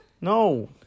No